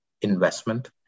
investment